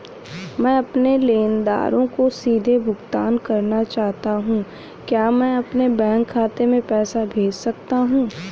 मैं अपने लेनदारों को सीधे भुगतान करना चाहता हूँ क्या मैं अपने बैंक खाते में पैसा भेज सकता हूँ?